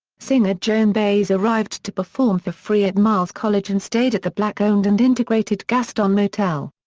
singer joan baez arrived to perform for free at miles college and stayed at the black-owned and integrated gaston motel.